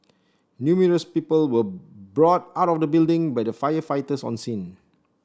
numerous people were brought out of the building by the firefighters on scene